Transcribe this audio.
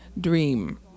dream